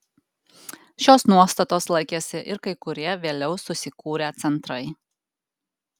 šios nuostatos laikėsi ir kai kurie vėliau susikūrę centrai